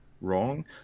wrong